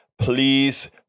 Please